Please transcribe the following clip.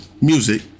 music